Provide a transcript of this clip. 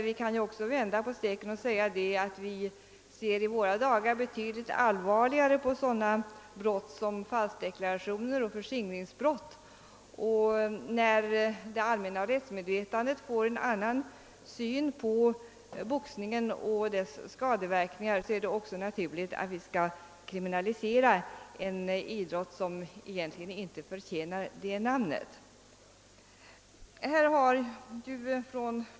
Vi kan också vända på steken och säga att vi i våra lagar ser betydligt allvarligare på sådana brott som falskdeklaration och förskingring. När det allmänna rättsmedvetandet får en annan syn på boxningen och dess skadeverkningar är det också naturligt att vi kriminaliserar en idrott som egentligen inte förtjänar en sådan beteckning.